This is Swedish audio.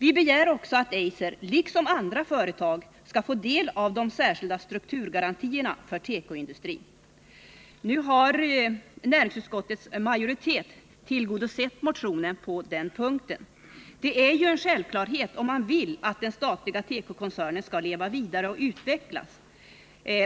Vi begär också att Eiser liksom andra företag skall få del av de särskilda strukturgarantierna för tekoindustrin. Näringsutskottets majoritet har tillgodosett motionärernas önskemål på den punkten. Om man vill att den statliga tekokoncernen skall leva vidare och utvecklas